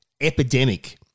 epidemic